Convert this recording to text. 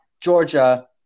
Georgia